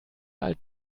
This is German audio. alt